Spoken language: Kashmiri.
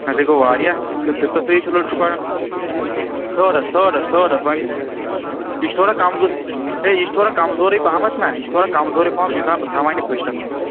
نہ یہ حظ گوٚو واریاہ فِفتسٕے چھِ لٔڑکہٕ پران تھٲڈَس تھٲڈ حظ تھٲڈَس وۅنۍ یہِ چھُ تھوڑا کمزو ہے یہِ چھُ تھوڑا کَمزورٕے پَہمَتھ نا یہِ چھُ تھوڑا کمزورُے پَہمَتھ بہٕ چھُس دَپان بہٕ تھاوان یہِ فٕسٹَسٕے وۅنۍ